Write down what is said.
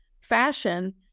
fashion